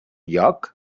lloc